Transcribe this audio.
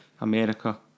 America